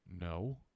No